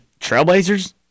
Trailblazers